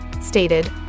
stated